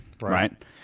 right